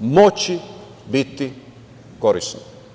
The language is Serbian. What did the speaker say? moći biti korisno.